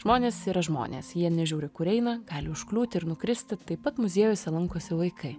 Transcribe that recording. žmonės yra žmonės jie nežiūri kur eina gali užkliūti ir nukristi taip pat muziejuose lankosi vaikai